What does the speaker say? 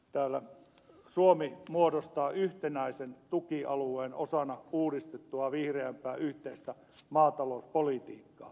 täällä suomi muodostaa yhtenäisen tukialueen osana uudistettua vihreämpää yhteistä maatalouspolitiikkaa